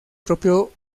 propio